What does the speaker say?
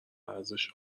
ارزش